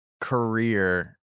career